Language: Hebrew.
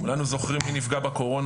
כולנו זוכרים מי נפגע בקורונה,